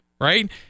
right